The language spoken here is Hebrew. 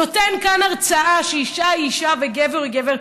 נותן כאן הרצאה שאישה היא אישה וגבר הוא גבר.